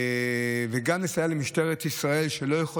וגם לסייע למשטרת ישראל,